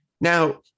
Now